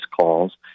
calls